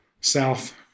south